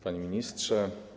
Panie Ministrze!